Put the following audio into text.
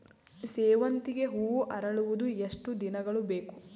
ಸೇವಂತಿಗೆ ಹೂವು ಅರಳುವುದು ಎಷ್ಟು ದಿನಗಳು ಬೇಕು?